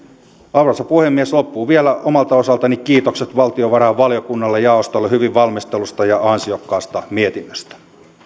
arvoisa puhemies loppuun vielä omalta osaltani kiitokset valtiovarainvaliokunnalle ja jaostolle hyvin valmistellusta ja ansiokkaasta mietinnöstä